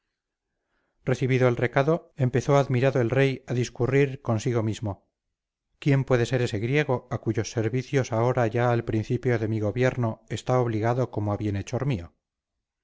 recibido el recado empezó admirado el rey a discurrir consigo mismo quién puede ser ese griego a cuyos servicios ahora ya al principio de mi gobierno está obligado como a bienhechor mío